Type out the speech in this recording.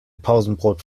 pausenbrot